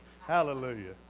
Hallelujah